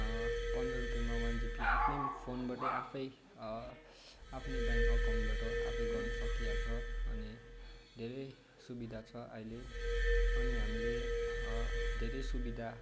पन्ध्र रुपियाँमा one GB आफ्नै फोनबाट आफै आफ्नै ब्याङ्क एकाउन्टबाट आफै गर्नु सकिहाल्छ अनि धेरै सुविधा छ अहिले अनि हामीले धेरै सुविधा